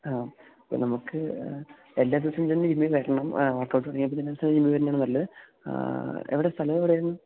ആ അപ്പം നമുക്ക് എല്ലാ ദിവസവും തന്നെ ജിമ്മി വരണം വർക്കൗട്ട് തുടങ്ങിയാൽ പിന്നെ അതിനനുസരിച്ച് ജിമ്മി വരുന്നതാണ് നല്ലത് എവിടെയാണ് സ്ഥലം എവിടെയായിരുന്നു